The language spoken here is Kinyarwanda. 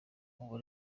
ubu